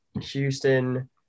Houston